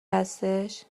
هستش